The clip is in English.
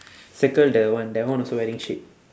circle the one that one also wearing shade